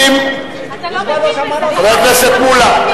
אתה לא מבין בזה, חבר הכנסת מולה,